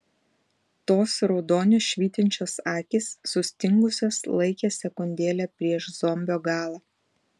tos raudoniu švytinčios akys sustingusios laike sekundėlę prieš zombio galą